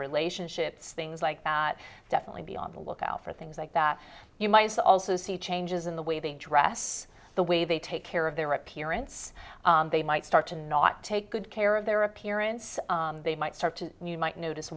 relationships things like that definitely be on the lookout for things like that you might also see changes in the way they dress the way they take care of their appearance they might start to not take good care of their appearance they might start to you might notice